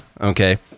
Okay